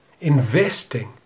Investing